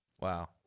Wow